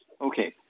Okay